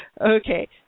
Okay